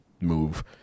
Move